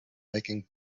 making